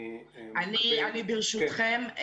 ברשותכם,